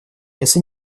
если